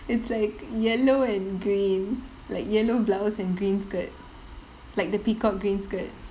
it's like yellow and green like yellow blouse and green skirt like the peacock green skirt